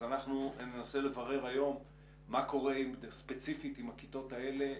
אנחנו ננסה לברר היום מה קורה ספציפית עם הכיתות האלה,